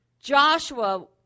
Joshua